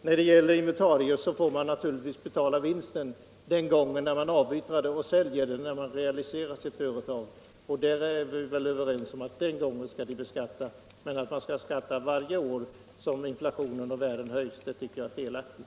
När det gäller inventarier får man naturligtvis skatta för vinsten den gång man säljer sitt företag: Vi är väl överens om att man då skall beskattas, men att man skall skatta varje år som inflationen ökar och därmed värdena höjs tycker jag är felaktigt.